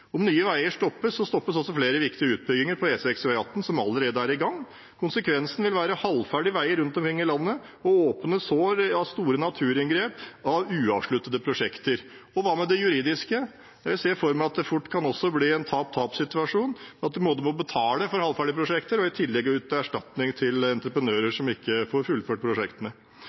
Om Nye Veier stoppes, stoppes også flere viktige utbygginger på E6 og E18 som allerede er i gang. Konsekvensen vil være halvferdige veier rundt omkring i landet og åpne sår etter store naturinngrep knyttet til uavsluttede prosjekter. Og hva med det juridiske? Jeg ser for meg at det fort kan bli en tap-tap-situasjon – at man både må betale for halvferdige prosjekter og i tillegg yte erstatning til entreprenører som ikke får fullført prosjektene.